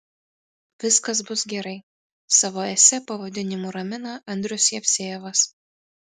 viskas bus gerai savo esė pavadinimu ramina andrius jevsejevas